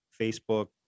facebook